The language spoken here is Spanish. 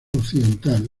occidental